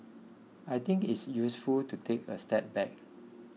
I think it's useful to take a step back